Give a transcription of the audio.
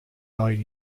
died